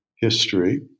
history